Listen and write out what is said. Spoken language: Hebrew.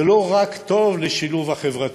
זה לא רק טוב לשילוב החברתי,